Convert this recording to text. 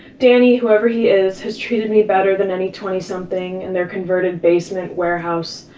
danny, whoever he is, has treated me better than any twenty-something and their converted basement, warehouse,